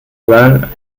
doorbell